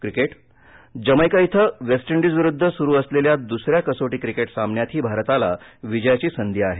cricket Jamaica इथं वेस्टइंडीजविरुद्ध सुरु असलेल्या दुसऱ्या कसोटी क्रिकेट सामन्यातही भारताला विजयाची संधी आहे